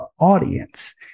audience